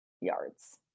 yards